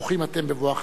ברוכים אתם בבואכם.